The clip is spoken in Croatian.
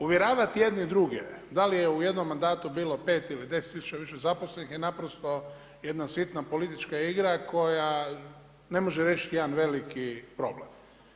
Uvjeravati jedni druge da li je u jednom mandatu bilo 5 ili 10 tisuća više zaposlenih je naprosto jedna sitna politička igra koja ne može riješiti jedan veliki problem.